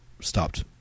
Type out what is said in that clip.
stopped